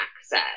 access